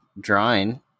drawing